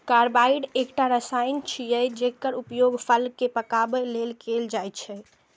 carbide एकटा रसायन छियै, जेकर उपयोग फल कें पकाबै लेल कैल जाइ छै